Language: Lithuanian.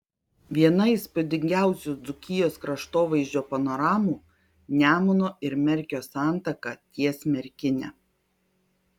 viena įspūdingiausių dzūkijos kraštovaizdžio panoramų nemuno ir merkio santaka ties merkine